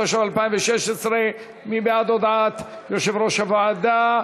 התשע"ו 2016. מי בעד הודעת יושב-ראש הוועדה?